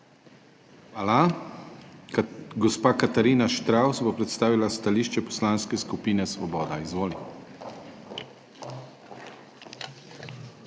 Hvala. Gospa Katarina Štravs bo predstavila stališče Poslanske skupine Svoboda. Izvoli.